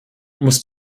muss